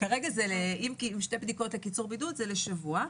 אם יש שתי בדיקות לקיצור בידוד, זה לשבוע.